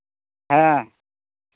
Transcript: ᱦᱮᱸ